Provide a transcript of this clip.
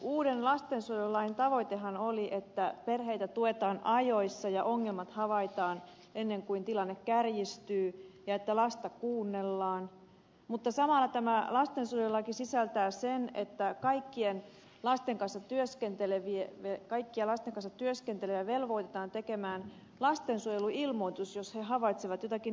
uuden lastensuojelulain tavoitehan oli että perheitä tuetaan ajoissa ja ongelmat havaitaan ennen kuin tilanne kärjistyy ja että lasta kuunnellaan mutta samalla tämä lastensuojelulaki sisältää sen että kaikkien lasten kanssa työskentelevien ja kaikkia lasten kanssa työskenteleviä velvoitetaan tekemään lastensuojeluilmoitus jos he havaitsevat jotakin hälyttävää